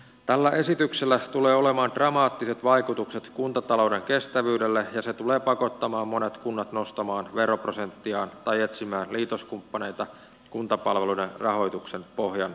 tällä esityksellä tulee olemaan dramaattiset vaikutukset kuntatalouden kestävyyteen ja se tulee pakottamaan monet kunnat nostamaan veroprosenttiaan tai etsimään liitoskumppaneita kuntapalveluiden rahoituksen pohjan tiputtua pois